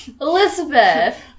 Elizabeth